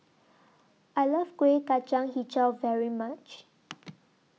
I Love Kueh Kacang Hijau very much